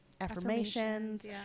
Affirmations